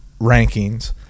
rankings